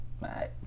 Bye